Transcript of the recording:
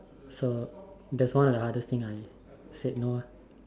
so that's one of the hardest thing I said no ah